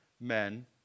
men